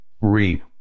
re